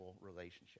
relationship